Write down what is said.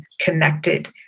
connected